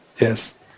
Yes